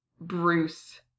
Bruce